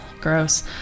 Gross